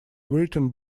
written